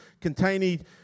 containing